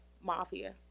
mafia